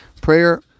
prayer